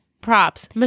Props